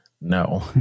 no